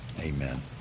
Amen